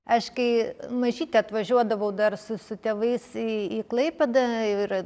aš kai mažytė atvažiuodavau dar su su tėvais į į klaipėdą ir